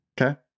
Okay